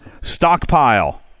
stockpile